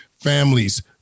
families